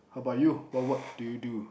how about you what work do you do